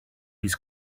his